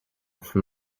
from